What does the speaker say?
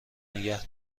نگه